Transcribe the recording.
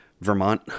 Vermont